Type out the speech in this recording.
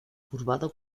curvado